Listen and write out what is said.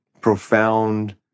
profound